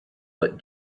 that